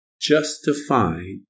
justified